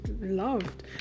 loved